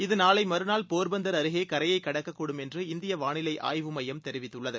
இது நாளைமறுநாள் போா்பந்தா் அருகேகரையக்கடக்கக்கூடும் என்று இந்தியவாளிலைஆய்வுமையம் தெரிவித்துள்ளது